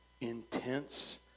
intense